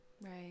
Right